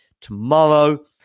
tomorrow